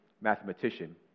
mathematician